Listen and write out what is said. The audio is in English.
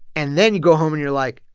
and then you go home, and you're like,